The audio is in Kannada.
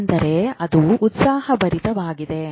ಅಂದರೆ ಅದು ಉತ್ಸಾಹಭರಿತವಾಗಿದೆ